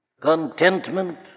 Contentment